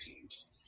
teams